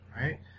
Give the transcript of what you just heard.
right